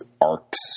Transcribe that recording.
arcs